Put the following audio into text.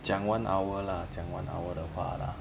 讲 one hour lah 讲 one hour 的话 lah